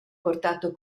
portato